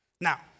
Now